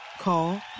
Call